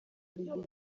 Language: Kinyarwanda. bigira